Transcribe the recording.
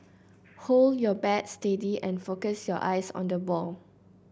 hold your bat steady and focus your eyes on the ball